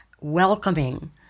welcoming